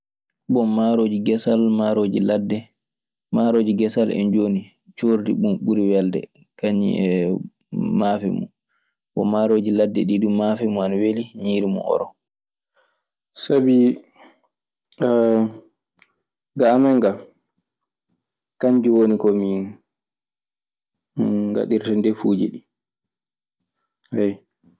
Bon, maarooji gesal, maarooji ladde. Maarooji gesal en jooni, coordi mun ɓuri welde kañun e maafe mun. Bon, maarooji ladde ɗii duu, maafe mun ana weli ñiiri mun oro. Sabi ga amen gaa kanji woni ko min ngaɗirta ndefuuji ɗii, ayyo.